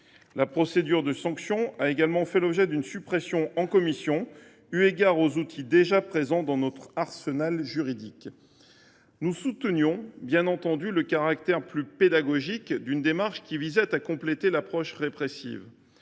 La procédure de sanction prévue à l’article 3 a également été supprimée en commission, eu égard aux outils déjà présents dans notre arsenal juridique. Nous soutenions bien entendu le caractère plus pédagogique d’une démarche qui visait à compléter l’approche répressive.